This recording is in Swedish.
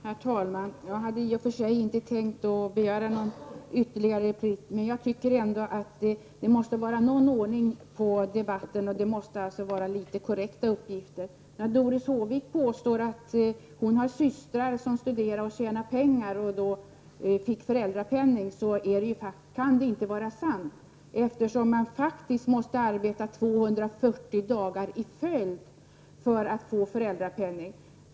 Herr talman! Jag hade i och för sig inte tänkt att begära ordet igen, men det måste ändå vara någon ordning på debatten och uppgifterna måste vara korrekta. När Doris Håvik påstår att hon har systrar som studerar samtidigt som de tjänar pengar och därmed får föräldrapenning kan detta inte vara sant, eftersom man faktiskt måste arbeta 240 dagar i följd för att vara berättigad till föräldrapenning.